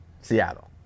Seattle